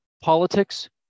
politics